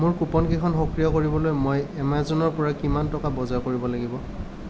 মোৰ কুপনকেইখন সক্ৰিয় কৰিবলৈ মই এমেজনৰ পৰা কিমান টকাৰ বজাৰ কৰিব লাগিব